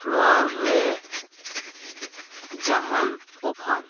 flower ᱨᱮ ᱡᱟᱦᱟᱱ offer